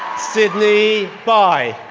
sydney bai,